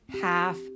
half